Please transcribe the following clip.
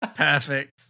Perfect